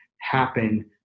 happen